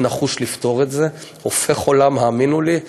אני נחוש לפתור את זה, הופך עולם, האמינו לי,